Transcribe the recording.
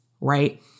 right